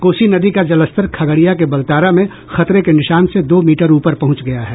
कोसी नदी का जलस्तर खगड़िया के बलतारा में खतरे के निशान से दो मीटर ऊपर पहुंच गया है